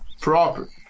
Property